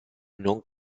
non